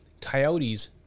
coyotes